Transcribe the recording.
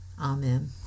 Amen